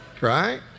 right